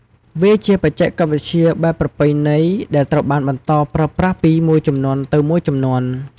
វាជាបច្ចេកវិទ្យាបែបប្រពៃណីដែលត្រូវបានបន្តប្រើប្រាស់ពីមួយជំនាន់ទៅមួយជំនាន់។